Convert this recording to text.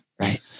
right